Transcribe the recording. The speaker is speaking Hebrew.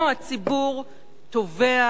לא, הציבור תובע